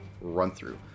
run-through